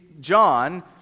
John